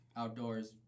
outdoors